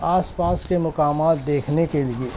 آس پاس کے مقامات دیکھنے کے لیے